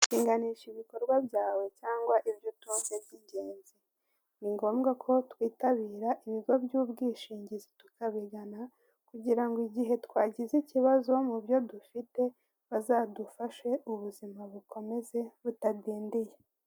Gushinganisha ibikorwa byawe cyangwa ibyo utunze by'ingenzi. Ni ngobwa ko twitabira ibigo by'ubwishingizi tukabigana, kugira ngo igihe twagize ikibazo mu byo dufite bazadufashe umuzima bukomeze butadidiye.